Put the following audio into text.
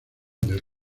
del